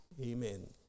Amen